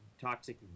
toxic